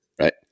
right